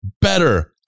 better